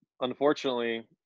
unfortunately